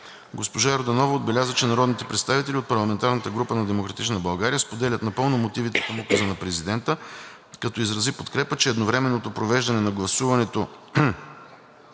Госпожа Йорданова отбеляза, че народните представители от парламентарната група на „Демократична България“ споделят напълно мотивите към Указа на президента, като изрази подкрепа, че едновременното провеждане на гласуването